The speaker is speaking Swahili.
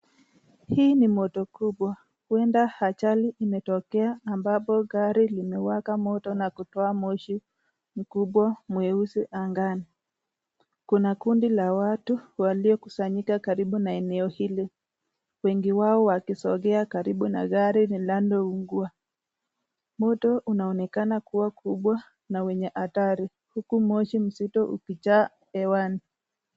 Hii ni moto kubwa. Huenda ajali imetokea, ambapo gari limewaka moto na kutoa moshi mkubwa mweusi angani. Kuna kundi la watu waliokusanyika karibu na eneo hili. Wengi wao wakisogea karibu na gari linaloungua. Moto unaonekana kuwa kubwa na wenye hatari, huku moshi mzito ukijaa hewani.